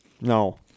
No